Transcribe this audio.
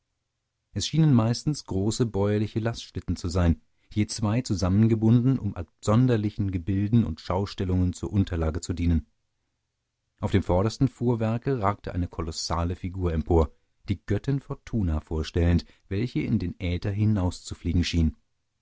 es schienen meistens große bäuerliche lastschlitten zu sein je zwei zusammengebunden um absonderlichen gebilden und schaustellungen zur unterlage zu dienen auf dem vordersten fuhrwerke ragte eine kolossale figur empor die göttin fortuna vorstellend welche in den äther hinauszufliegen schien